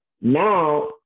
now